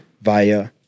via